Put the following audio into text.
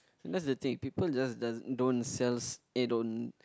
that's the thing people just doesn't don't sell s~ eh don't